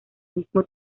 mismo